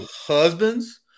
husbands